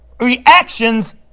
reactions